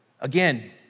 Again